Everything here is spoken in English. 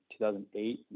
2008